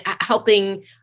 helping